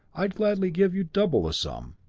i'd gladly give you double the sum,